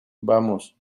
vamos